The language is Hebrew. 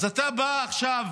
אז אתה בא עכשיו